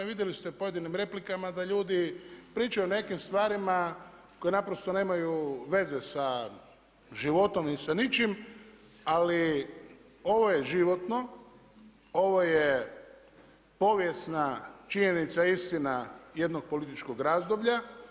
Vidjeli ste u pojedinim replikama da ljudi pričaju o nekim stvarima koje naprosto nemaju veze sa životom ni sa ničim, ali ovo je životno, ovo je povijesna činjenica, istina jednog političkog razdoblja.